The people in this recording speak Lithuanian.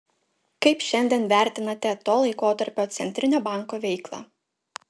kaip šiandien vertinate to laikotarpio centrinio banko veiklą